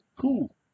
Cool